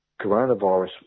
coronavirus